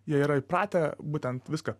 jie yra įpratę būtent viską